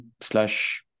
slash